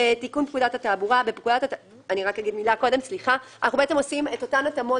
רק אומר שאנחנו בעצם עושים את אותן התאמות